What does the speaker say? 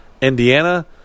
indiana